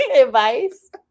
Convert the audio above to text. advice